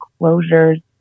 closures